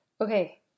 Okay